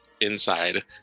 inside